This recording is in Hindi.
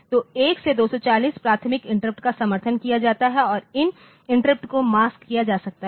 तो 1 से 240 प्राथमिकता इंटरप्टका समर्थन किया जाता है और इन इंटरप्ट को मास्क किया जा सकता है